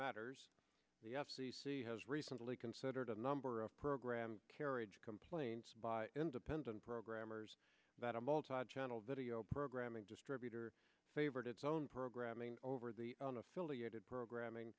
matters the f c c has recently considered a number of programs carriage complaints by independent programmers that i'm all tied channel video programming distributor favored its own programming over the affiliated programming